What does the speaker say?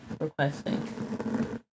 Requesting